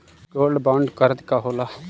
Gold bond करतिं का होला?